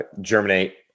germinate